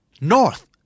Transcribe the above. north